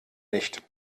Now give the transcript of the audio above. nicht